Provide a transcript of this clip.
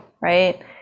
right